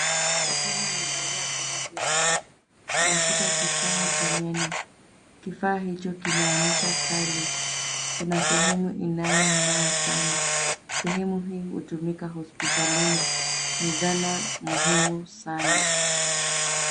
Mkono imevalia glavu ya blue . Unashika kifaa cha meno. Kifaa hicho kina ncha kali. Kuna sehemu inayong'aa sana. Sehemu hii hutumika hospitalini. Ni zana muhimu sana.